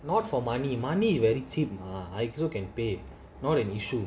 not for money money very cheap mah I still can pay not an issue